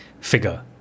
figure